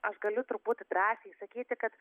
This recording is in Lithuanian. aš galiu turbūt drąsiai sakyti kad